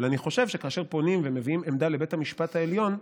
אבל אני חושב שכאשר פונים ומביאים עמדה לבית המשפט העליון,